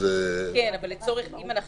כן, אבל אם אנחנו